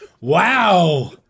Wow